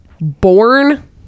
Born